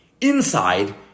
inside